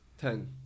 Ten